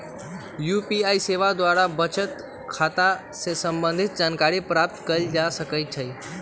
UPI सेवा द्वारा बचत खता से संबंधित जानकारी प्राप्त कएल जा सकहइ